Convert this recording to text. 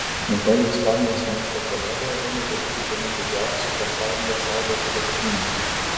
netoli ispanijos miesto toledo ėmė veikti viena didžiausių pasaulyje saulės elektrinių